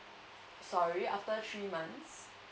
sorry after three months